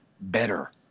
better